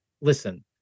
Listen